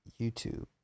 YouTube